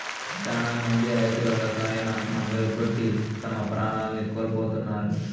శ్యానా మంది రైతులు రసాయన మందులు కొట్టి తమ ప్రాణాల్ని కోల్పోతున్నారు